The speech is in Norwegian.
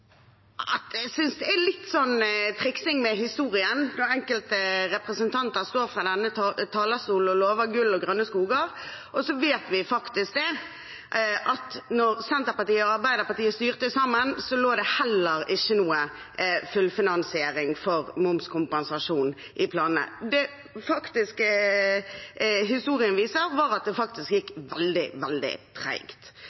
er litt triksing med historien når enkelte representanter står på denne talerstolen og lover gull og grønne skoger, og så vet vi faktisk det at da Senterpartiet og Arbeiderpartiet styrte sammen, lå det heller ikke noen fullfinansiering for momskompensasjon i planene. Det historien faktisk viser, er at det